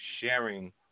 sharing